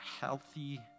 healthy